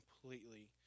completely